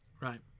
Right